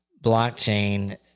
blockchain